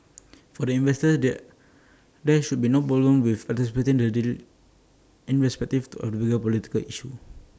for the investors there there should be no problem with participating the deal irrespective of the bigger political issues